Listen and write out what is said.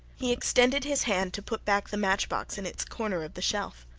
he extended his hand to put back the matchbox in its corner of the shelf.